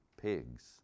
pigs